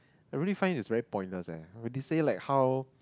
I really find it's really pointless eh when you say like how